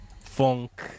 funk